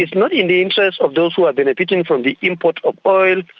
is not in the interests of those who are benefiting from the import of oil,